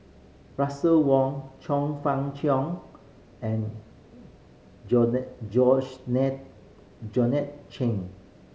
Russel Wong Chong Fah Cheong and Georgette Chen